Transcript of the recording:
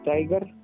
Tiger